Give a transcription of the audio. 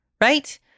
right